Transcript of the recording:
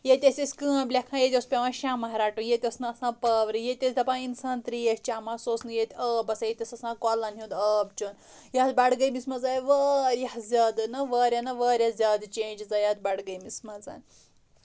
ییٚتہِ ٲسۍ أسۍ کام لٮ۪کھان ییٚتہِ اوس پیوان شمع رَٹُن ییٚتہِ اوس نہٕ آسان پاورٕے ییٚتہِ اوس دَپان اِنسان تریش چَمہٕ ہا سُہ اوس نہٕ ییٚتہِ آب آسان ییٚتہِ اوس آسان کۄلَن ہُنٛد آب چوٚن یَتھ بڈگٲمِس منز آیہِ واریاہ زیادٕ نہ واریاہ نہ واریاہ زیادٕ چینجِز آیہِ یَتھ بڈگٲمِس منٛز